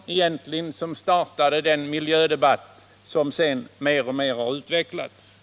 centern som startade den miljödebatt som senare mer och mer har utvecklats.